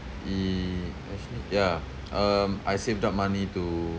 e~ actually yeah um I saved up money to